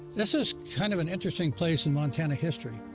this is kind of an interesting place in montana history.